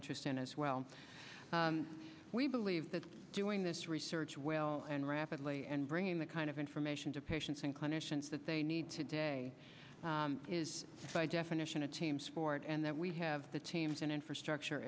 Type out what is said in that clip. interest in as well we believe that doing this research well and rapidly and bringing the kind of information to patients and clinicians that they need today is by definition a team sport and that we have the teams and infrastructure